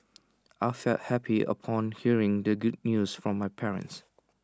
I felt happy upon hearing the good news from my parents